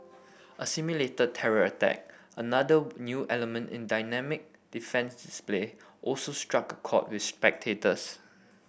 a simulated terror attack another new element in dynamic defence display also struck chord with spectators